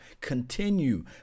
Continue